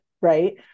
right